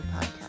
podcast